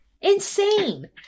Insane